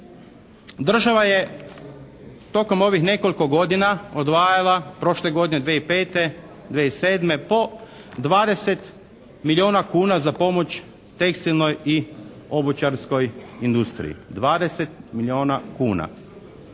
Država je tokom ovih nekoliko godina odvajala, prošle godine 2005., 2007. po 20 milijuna kuna za pomoć tekstilnoj i obućarskoj industriji. 20 milijuna kuna.